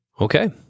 Okay